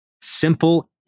simple